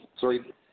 Sorry